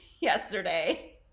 yesterday